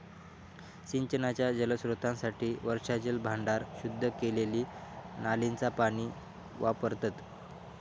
सिंचनाच्या जलस्त्रोतांसाठी वर्षाजल भांडार, शुद्ध केलेली नालींचा पाणी वापरतत